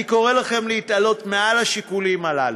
אני קורא לכם להתעלות מעל השיקולים הללו,